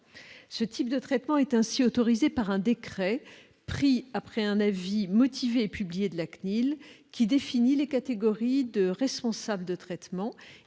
Ce type de traitement est ainsi autorisé par un décret pris après un avis motivé et publié de la CNIL, qui définit les catégories de responsables de traitement